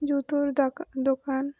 জুতোর দাকা দোকান